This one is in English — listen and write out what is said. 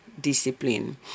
discipline